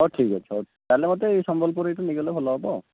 ହଉ ଠିକ୍ ଅଛି ହଉ ତାହେଲେ ମୋତେ ଏହି ସମ୍ବଲପୁରରୁ ଏହିଠୁ ନେଇଗଲେ ଭଲ ହେବ ଆଉ